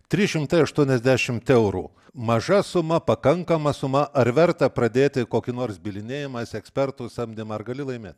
trys šimtai aštuoniasdešimt eurų maža suma pakankama suma ar verta pradėti kokį nors bylinėjimąsi ekspertų samdymą ar gali laimėt